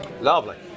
Lovely